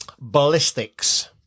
Ballistics